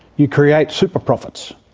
you create super profits.